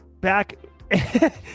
back